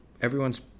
everyone's